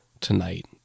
tonight